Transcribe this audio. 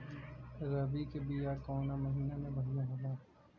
रबी के बिया कवना महीना मे बढ़ियां होला?